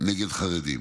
נגד חרדים.